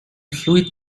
fluid